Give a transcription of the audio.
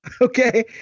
Okay